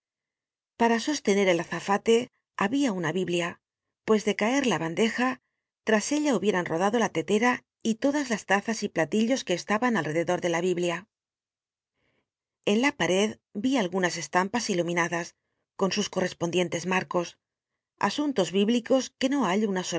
para sostener el azafate babia una biblia pues de cact la bandeja tras ella hubictan rodado la telera y todas las tazas y platillos que estaban alrededor de la biblia en la pared yi algunas esuunpas iluminadas con sus eorrcspondienles marcos ast m los bíblicos que no hallo una